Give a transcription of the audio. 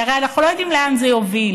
כי הרי אנחנו לא יודעים לאן זה יוביל.